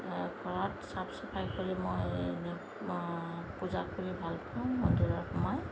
ঘৰত চাফ চাফাই কৰি মই পূজা কৰি ভালপাওঁ মন্দিৰত মই